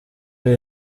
yayo